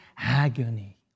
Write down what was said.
agony